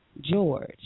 George